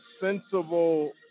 sensible